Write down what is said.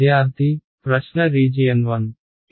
విద్యార్థి ప్రశ్న రీజియన్ 1